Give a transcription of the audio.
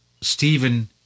Stephen